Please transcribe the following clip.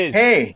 hey